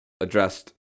addressed